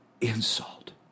insult